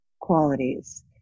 qualities